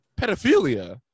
pedophilia